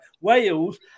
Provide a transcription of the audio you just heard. Wales